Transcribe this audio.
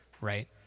right